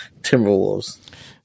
Timberwolves